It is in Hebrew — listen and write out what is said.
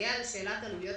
בנוגע לשאלת עלויות